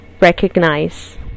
recognize